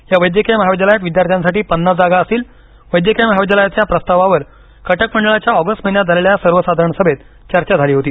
या वैद्यकीय महाविद्यालयात विद्यार्थ्यांसाठी पन्नास जागा असतीलवेद्यकीय महाविद्यालयाचा प्रस्तावावर कटकमंडळाच्या ऑगस्ट महिन्यात झालेल्या सर्वसाधारण सभेत चर्चा झाली होती